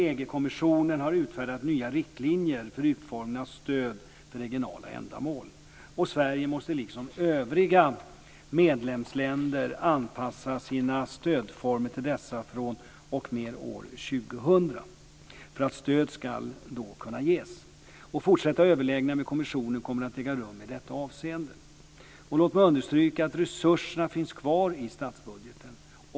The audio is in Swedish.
EG-kommissionen har utfärdat nya riktlinjer för utformningen av stöd för regionala ändamål. Sverige måste liksom övriga medlemsländer anpassa sina stödformer till dessa fr.o.m. år 2000 för att stöd ska kunna ges. Fortsatta överläggningar med kommissionen kommer att äga rum i detta avseende. Låt mig understryka att resurserna finns kvar i statsbudgeten.